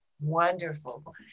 Wonderful